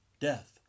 Death